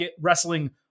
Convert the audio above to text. wrestling